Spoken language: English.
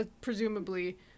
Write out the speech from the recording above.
presumably